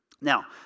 Now